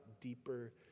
deeper